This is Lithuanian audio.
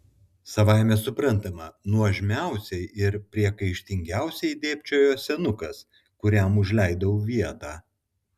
savaime suprantama nuožmiausiai ir priekaištingiausiai dėbčiojo senukas kuriam užleidau vietą